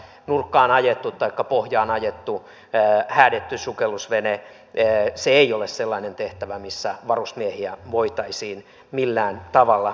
nurkkaan taikka pohjaan ajettu häädetty sukellusvene ei ole sellainen tehtävä missä varusmiehiä voitaisiin millään tavalla käyttää